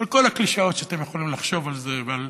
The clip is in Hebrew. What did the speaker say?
על כל הקלישאות שאתם יכולים לחשוב עליהן,